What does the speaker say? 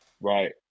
Right